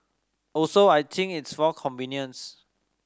also I think it's for convenience